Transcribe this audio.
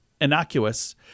innocuous